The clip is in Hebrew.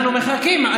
אנחנו מחכים.